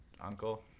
Uncle